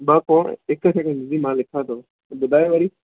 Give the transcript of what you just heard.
ॿ कोन हिकु सैकेंड जी मां लिखा थो ॿुधायो वरी